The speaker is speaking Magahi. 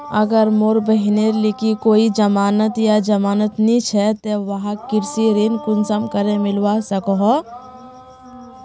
अगर मोर बहिनेर लिकी कोई जमानत या जमानत नि छे ते वाहक कृषि ऋण कुंसम करे मिलवा सको हो?